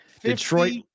Detroit